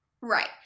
right